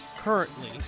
Currently